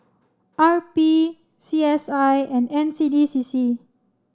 R P C S I and N C D C C